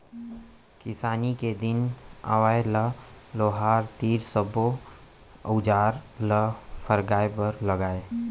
किसानी के दिन आवय त लोहार तीर सब्बो अउजार ल फरगाय बर लागय